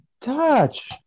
Touch